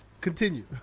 Continue